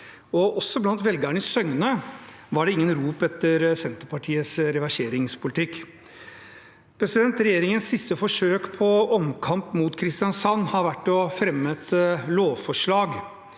ikke blant velgerne i Søgne var det rop etter Senterpartiets reverseringspolitikk. Regjeringens siste forsøk på omkamp mot Kristiansand har vært å fremme et lovforslag